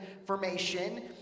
information